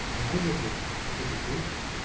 when i look at education,